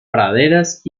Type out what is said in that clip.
praderas